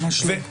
ממש לא.